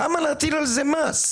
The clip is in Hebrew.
למה להטיל על זה מס?